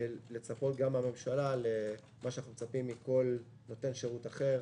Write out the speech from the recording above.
ולצפות גם מן הממשלה למה שאנחנו מצפים מכל נותן שירות אחר,